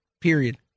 Period